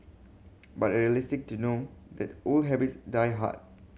but are realistic to know that old habits die hard